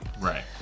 right